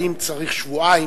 האם צריך שבועיים,